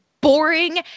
boring